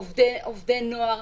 עובדי נוער.